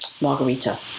margarita